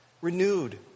renewed